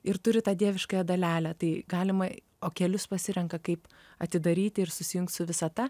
ir turi tą dieviškąją dalelę tai galima o kelius pasirenka kaip atidaryt ir susijungt su visata